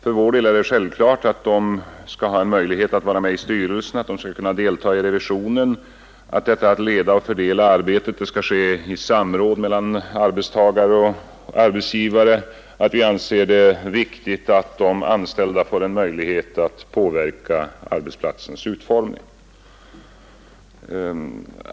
För vår del anser vi det självklart att de anställda får en möjlighet att vara med i styrelsen, att de skall kunna delta i revisionen, att detta med att leda och fördela arbetet skall ske i samråd mellan arbetstagare och arbetsgivare. Vi anser det viktigt att de anställda får en möjlighet att påverka arbetsplatsens utformning.